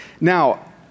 Now